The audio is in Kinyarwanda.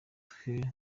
twe